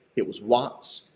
it was watts,